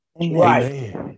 Right